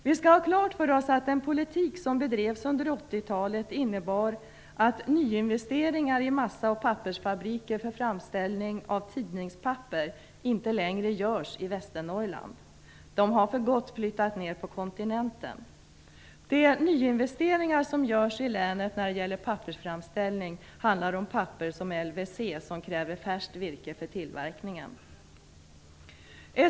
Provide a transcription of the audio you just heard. Vi skall ha klart för oss att den politik som bedrevs under 80-talet innebär att nyinvesteringar i massa och pappersfabriker för framställning av tidningspapper inte längre görs i Västernorrland. De har för gott flyttat ned till kontinenten. De nyinvesteringar som görs i länet när det gäller pappersframställning handlar om papper som LWC, som kräver färskt virke för tillverkningen.